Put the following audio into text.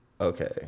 Okay